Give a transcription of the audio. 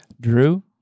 Drew